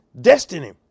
destiny